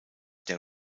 der